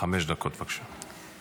חמש דקות, בבקשה.